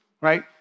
right